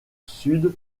sud